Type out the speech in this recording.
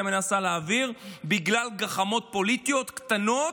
מנסה להעביר בגלל גחמות פוליטיות קטנות,